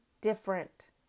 different